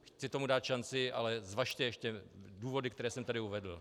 Chci tomu dát šanci, ale zvažte ještě důvody, které jsem tady uvedl.